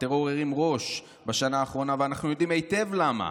הטרור הרים ראש בשנה האחרונה ואנחנו יודעים היטב למה.